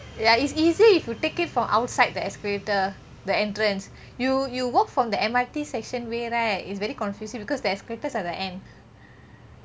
ya it's easier if you take it from outside the escalator the entrance you you walk from the M_R_T station way right it's very confusing because their escalators are at the end